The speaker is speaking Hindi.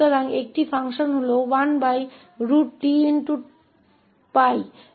तो एक फलन 1t𝜋 है दूसरा एक et है